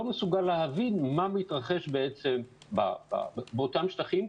לא מסוגל להבין מה מתרחש באותם שטחים,